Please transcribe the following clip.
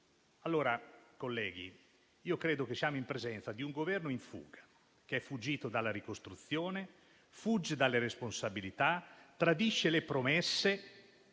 imprese. Colleghi, credo che siamo in presenza di un Governo in fuga, che è fuggito dalla ricostruzione, fugge dalle responsabilità, tradisce le promesse,